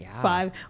five